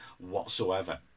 whatsoever